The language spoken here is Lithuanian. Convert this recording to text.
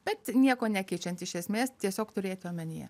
bet nieko nekeičiant iš esmės tiesiog turėti omenyje